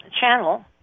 channel